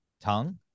tongue